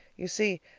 you see,